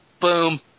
Boom